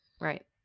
right